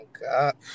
God